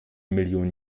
millionen